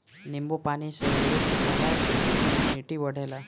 नींबू पानी सबेरे पियला से इमुनिटी बढ़ेला